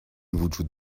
وجود